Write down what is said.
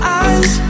eyes